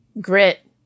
Grit